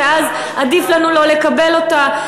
אז עדיף לנו לא לקבל אותה.